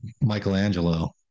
Michelangelo